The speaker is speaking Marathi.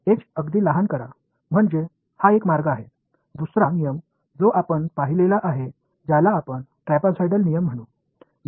एच अगदी लहान करा म्हणजे हा एक मार्ग आहे दुसरा नियम जो आपण पाहिलेला आहे ज्याला आपण ट्रेपेझोइडल नियम म्हणू